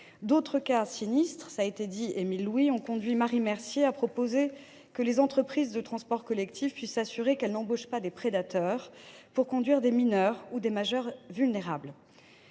D’autres cas sinistres, qui ont été rappelés, ont conduit Marie Mercier à proposer que les entreprises de transport collectif puissent s’assurer qu’elles n’embauchent pas des prédateurs pour conduire des mineurs ou des majeurs vulnérables.